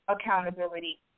accountability